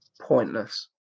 pointless